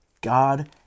God